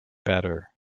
better